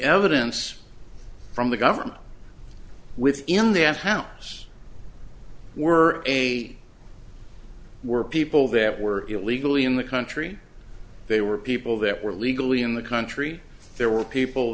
evidence from the government within that house were a were people that were illegally in the country they were people that were illegally in the country there were people